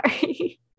sorry